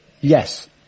Yes